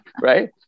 right